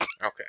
Okay